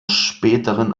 späteren